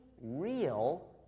real